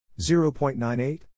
0.98